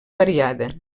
variada